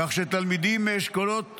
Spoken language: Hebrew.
כך שתלמידים מאשכולות